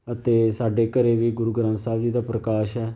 ਅਤੇ ਸਾਡੇ ਘਰ ਵੀ ਗੁਰੂ ਗ੍ਰੰਥ ਸਾਹਿਬ ਜੀ ਦਾ ਪ੍ਰਕਾਸ਼ ਹੈ